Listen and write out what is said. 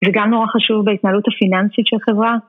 זה גם נורא חשוב בהתנהלות הפיננסית של חברה.